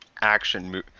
action